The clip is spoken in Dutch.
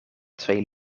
twee